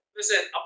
Listen